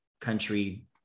country